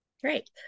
Great